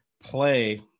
play